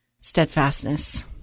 steadfastness